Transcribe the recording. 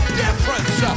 difference